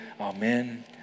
Amen